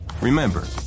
Remember